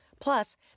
Plus